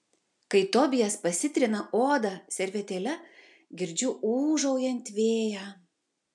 kai tobijas pasitrina odą servetėle girdžiu ūžaujant vėją